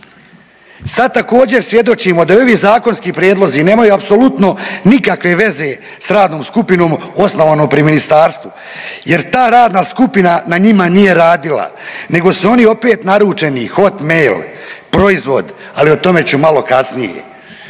Sad također svjedočimo da i ovi zakonski prijedlozi nemaju apsolutno nikakve veze s radnom skupinom osnovanom pri ministarstvu jer ta radna skupina na njima nije radila, nego su oni opet naručeni Hotmail proizvod, ali o tome ću malo kasnije.